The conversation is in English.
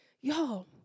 Y'all